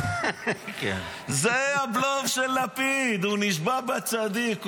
זה הבלוף של לפיד, הוא נשבע בצדיק.